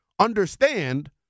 Understand